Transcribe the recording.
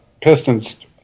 Pistons